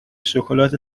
شکلات